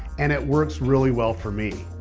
and it works really well for me.